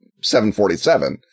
747